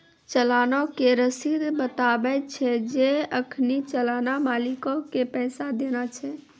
चलानो के रशीद बताबै छै जे अखनि चलान मालिको के पैसा देना छै